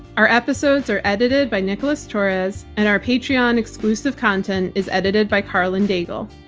our episodes are edited by nicholas torres and our patreon exclusive content is edited by karlyn daigle.